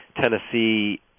Tennessee